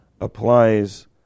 applies